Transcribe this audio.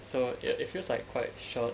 so ya it feels like quite short